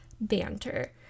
banter